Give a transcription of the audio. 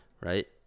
right